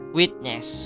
witness